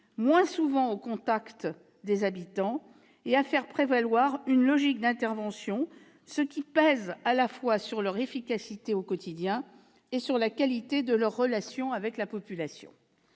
moins souvent au contact des habitants, et à faire prévaloir une logique d'intervention, ce qui pèse à la fois sur leur efficacité au quotidien et sur la qualité de leurs relations avec la population.